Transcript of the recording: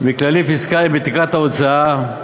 מכללים פיסקליים בתקרת ההוצאה.